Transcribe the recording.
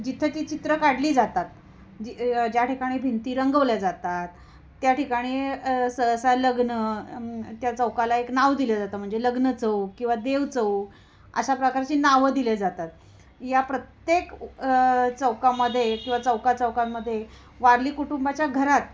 जिथं ती चित्रं काढली जातात जी ज्या ठिकाणी भिंती रंगवल्या जातात त्या ठिकाणी सहसा लग्न त्या चौकाला एक नाव दिले जातं म्हणजे लग्न चौक किंवा देव चौक अशा प्रकारची नावं दिले जातात या प्रत्येक चौकामध्ये किंवा चौका चौकांमध्ये वारली कुटुंबाच्या घरात